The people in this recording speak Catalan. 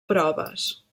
proves